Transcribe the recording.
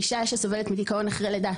אישה שסובלת מדכאון אחרי לידה,